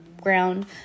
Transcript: ground